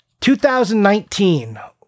2019